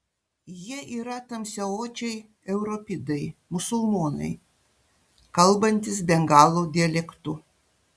jie yra tamsiaodžiai europidai musulmonai kalbantys bengalų dialektu